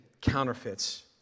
counterfeits